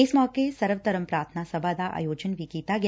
ਇਸ ਮੌਕੇ ਸਰਵ ਧਰਮ ਪੁਾਰਥਨਾ ਸਭਾ ਦਾ ਆਯੋਜਨ ਵੀ ਕੀਤਾ ਗਿਆ